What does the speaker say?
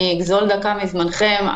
אגזול דקה מזמנכם.